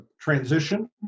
transition